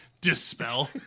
Dispel